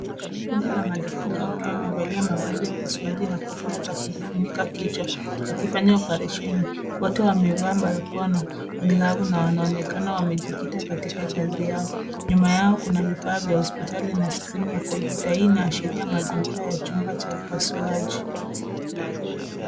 Kundi la madaktari wakiwa wamevalia mavazi ya upasuaji na kofia za kujifunika kichwa, wakifanya operesheni, wote wakiwa wamevaa barakoa na glavu na wanaonekana wamejikita katika kazi yao. Nyuma yao kuna vifaa vya hospitali na skrini ya kompyuta, hii inashiria mazingira ya chumba cha upasuaji.